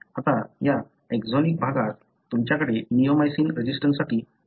आता त्या एक्झोनिक भागात तुमच्याकडे निओमायसिन रजीसटन्ससाठी कोडिंग भाग आहे